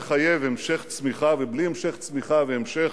אני רוצה להגיד מה עשינו ומה עוד יש לנו לעשות,